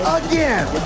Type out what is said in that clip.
again